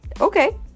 Okay